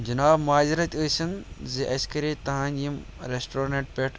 جِناب معزرت ٲسِن زِ اَسہِ کَرے تٕہٕنٛدۍ یِم رٮ۪سٹورنٛٹ پٮ۪ٹھ